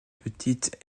petite